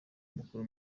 amakuru